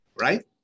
right